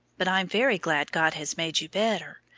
but i'm very glad god has made you better.